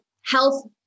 health